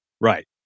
Right